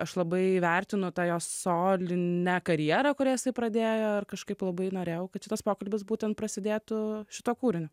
aš labai vertinu tą jo solinę karjerą kurią jisai pradėjo ir kažkaip labai norėjau kad šitas pokalbis būtent prasidėtų šituo kūriniu